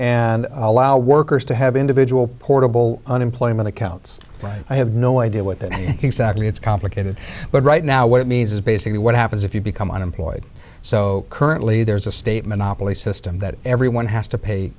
and allow workers to have individual portable unemployment accounts right i have no idea what that exactly it's complicated but right now what it means is basically what happens if you become unemployed so currently there's a state monopoly system that everyone has to pay